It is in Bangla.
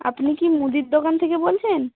আপনি কি মুদির দোকান থেকে বলছেন